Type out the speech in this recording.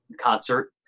concert